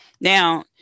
Now